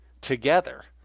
together